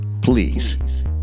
please